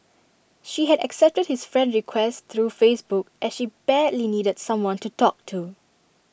she had accepted his friend request through Facebook as she badly needed someone to talk to